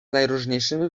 najróżniejszymi